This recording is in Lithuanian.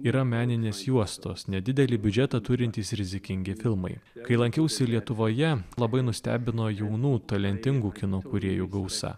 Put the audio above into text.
yra meninės juostos nedidelį biudžetą turintys rizikingi filmai kai lankiausi lietuvoje labai nustebino jaunų talentingų kino kūrėjų gausa